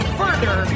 further